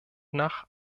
nach